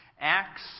Acts